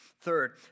Third